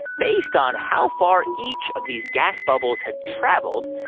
based on how far in each of these gas bubbles had traveled,